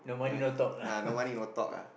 uh ah no money no talk ah